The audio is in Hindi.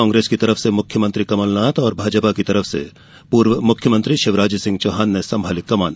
कांग्रेस की तरफ से मुख्यमंत्री कमलनाथ और भाजपा की तरफ से पूर्व मुख्यमंत्री शिवराज सिंह चौहान ने संभाली कमान